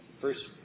first